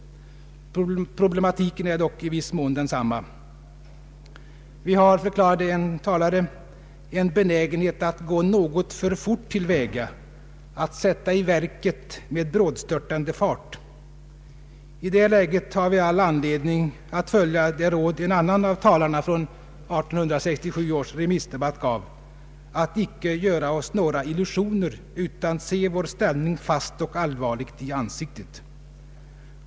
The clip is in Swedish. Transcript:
Problematiken är dock i viss mån densamma. Vi har, förklarade en talare, en benägenhet att ”gå något för fort till väga”, att ”sätta i verket med brådstörtande fart”. I det läget har vi all anledning att följa det råd en annan av talarna från 1867 års remissdebatt gav: ”att icke göra oss några illusioner utan ——— se vår ställning fast och allvarligt i ansiktet”.